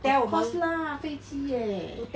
of course lah 飞机 eh